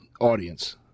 audience